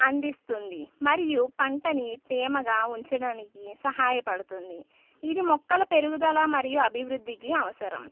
అందిస్తుంది మరియు పంటని తేమగా ఉంచడానికి సహాయపడుతుంది ఇది మొక్కల పెరుగుదల మరియు అభివృద్ధికి అవసరం